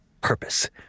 purpose